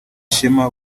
shema